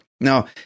Now